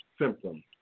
symptoms